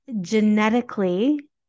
genetically